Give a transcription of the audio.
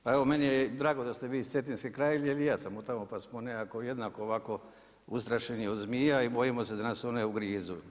Pa evo meni je drago da ste vi iz Cetinske krajine, jer i ja sam od tamo, pa smo nekako jednako ovako ustrašeno od zmija i bojimo se da nas one ugrizu.